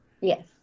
Yes